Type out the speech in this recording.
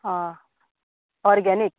organic